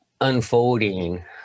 unfolding